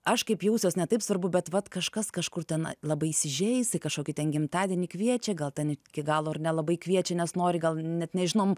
aš kaip jausiuos ne taip svarbu bet vat kažkas kažkur tenai labai įsižeis į kažkokį ten gimtadienį kviečia gal ten iki galo ir nelabai kviečia nes nori gal net nežinom